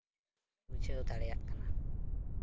ᱵᱩᱡᱷᱟᱹᱣ ᱫᱟᱲᱮᱭᱟᱜ ᱠᱟᱱᱟ